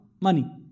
Money